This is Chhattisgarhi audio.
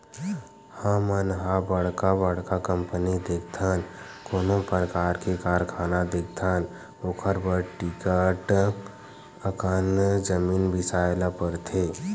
हमन ह बड़का बड़का कंपनी देखथन, कोनो परकार के कारखाना देखथन ओखर बर बिकट अकन जमीन बिसाए ल परथे